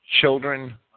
children